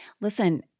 Listen